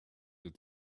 that